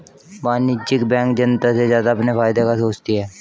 वाणिज्यिक बैंक जनता से ज्यादा अपने फायदे का सोचती है